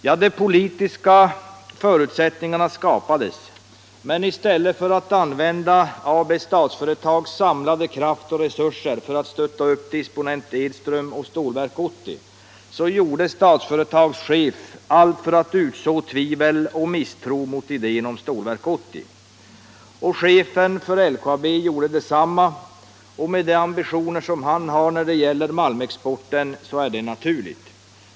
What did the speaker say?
Ja, de politiska förutsättningarna skapades, men i stället för att använda Statsföretags samlade kraft och resurser för att stötta upp disponent Edström och Stålverk 80 gjorde Statsföretags chef allt för att utså tvivel och misstro mot idén om Stålverk 80. Chefen för LKAB gjorde detsamma, och med de ambitioner han har när det gäller malmexporten är det naturligt.